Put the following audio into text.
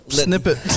snippet